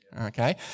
okay